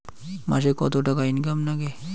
মাসে কত টাকা ইনকাম নাগে?